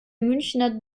münchner